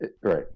right